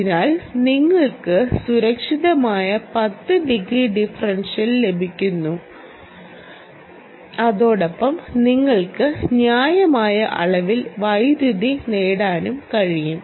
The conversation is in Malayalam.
അതിനാൽ നിങ്ങൾക്ക് സുരക്ഷിതമായ 10 ഡിഗ്രി ഡിഫറൻഷ്യൽ ലഭിക്കണം അതോടൊപ്പം നിങ്ങൾക്ക് ന്യായമായ അളവിൽ വൈദ്യുതി നേടാനും കഴിയും